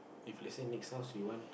if let's say next house you want